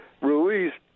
released